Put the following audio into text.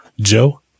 Joe